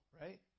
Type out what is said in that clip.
right